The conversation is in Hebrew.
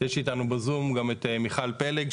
יש איתנו בזום גם את מיכל פלג,